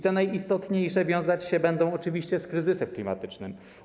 Te najistotniejsze wiązać się będą oczywiście z kryzysem klimatycznym.